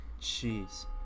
jeez